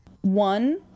one